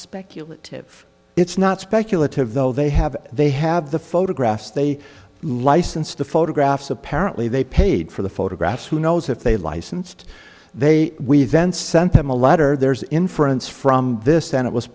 speculative it's not speculative though they have they have the photographs they licensed the photographs apparently they paid for the photographs who knows if they licensed they we then sent them a letter there's inference from this and it was